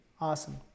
awesome